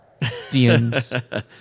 dms